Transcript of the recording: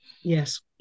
Yes